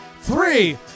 Three